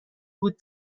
بود